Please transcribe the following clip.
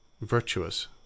virtuous